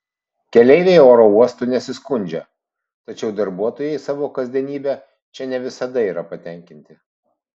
keleiviai oro uostu nesiskundžia tačiau darbuotojai savo kasdienybe čia ne visada yra patenkinti